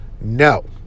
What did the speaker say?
No